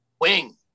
Wing